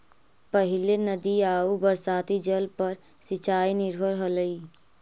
पहिले नदी आउ बरसाती जल पर सिंचाई निर्भर हलई